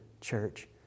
church